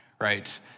right